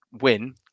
win